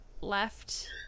left